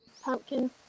pumpkin